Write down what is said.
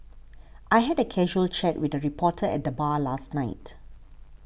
I had a casual chat with a reporter at the bar last night